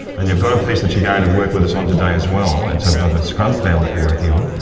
and you've got a piece that you're going to work with us on today as well. it's of of a scrub fowl that you're working on,